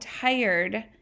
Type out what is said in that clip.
tired